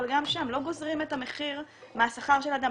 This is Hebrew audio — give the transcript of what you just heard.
אבל גם שם לא גוזרים את המחיר מהשכר של אדם.